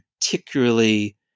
particularly